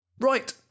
Right